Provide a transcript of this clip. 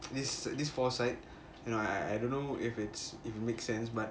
this this foresight you know I I I don't know if it's it makes sense but